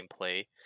gameplay